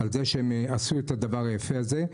על זה שהם עשו את הדבר היפה הזה,